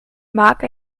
mark